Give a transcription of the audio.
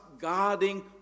guarding